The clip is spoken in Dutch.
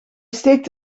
steekt